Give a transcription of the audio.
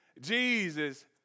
Jesus